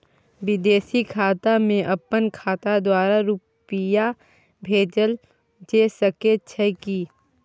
विदेशी खाता में अपन खाता द्वारा रुपिया भेजल जे सके छै की?